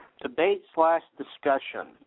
debate-slash-discussion